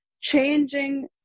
changing